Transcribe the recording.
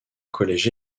collège